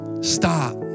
Stop